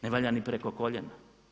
Ne valja ni preko koljena.